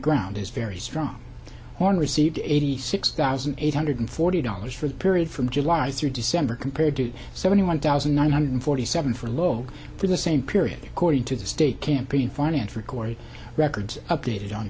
ground is very strong on received eighty six thousand eight hundred forty dollars for the period from july through december compared to seventy one thousand nine hundred forty seven for low for the same period according to the state campaign finance record records updated on